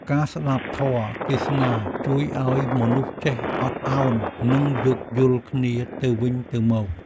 ការស្តាប់ធម៌ទេសនា ជួយឱ្យមនុស្សចេះអត់ឱន និងយោគយល់គ្នាទៅវិញទៅមក។